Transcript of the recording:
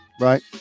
right